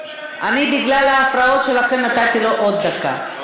בגלל ההפרעות שלכם נתתי לו עוד דקה,